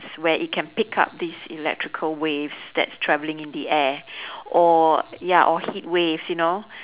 where it can pick up these electrical waves that's traveling in the air or ya or heatwaves you know